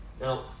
Now